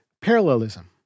parallelism